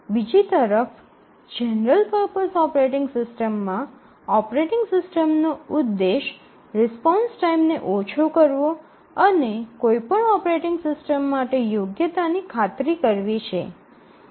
બીજી તરફ general purpose operating સિસ્ટમમાં ઓપરેટિંગ સિસ્ટમ્સનો ઉદ્દેશ રિસ્પોન્સ ટાઇમને ઓછો કરવો અને કોઈપણ ઓપરેટિંગ સિસ્ટમ માટે યોગ્યતાની ખાતરી કરવી છે